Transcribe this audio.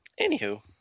Anywho